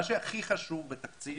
מה שהכי חשוב בתקציב,